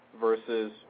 versus